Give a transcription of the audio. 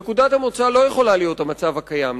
נקודת המוצא לא יכולה להיות המצב הקיים,